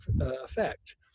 effect